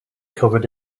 covered